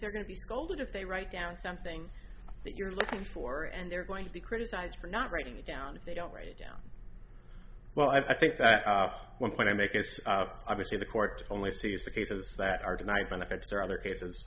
they're going to be scolded if they write down something that you're looking for and they're going to be criticised for not writing it down if they don't write it down well i think that one point i make is obviously the court only sees the cases that are tonight benefits or other cases